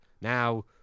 Now